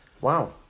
wow